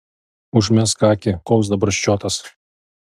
užmesk akį koks dabar ščiotas